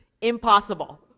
impossible